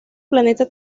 planeta